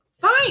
fine